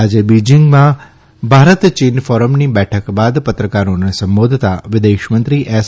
આજે બીજીંગમાં ભારત ચીન ફોરમની બેઠક બાદ પત્રકારોને સંબોધતાં વિદેશમંત્રી એસ